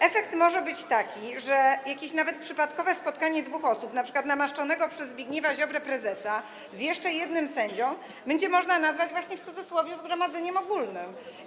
Efekt może być taki, że jakieś, nawet przypadkowe, spotkanie dwóch osób, np. namaszczonego przez Zbigniewa Ziobrę prezesa z jeszcze jednym sędzią, będzie można nazwać właśnie, w cudzysłowie, zgromadzeniem ogólnym.